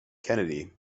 kennedy